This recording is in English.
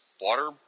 water